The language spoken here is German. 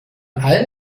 allen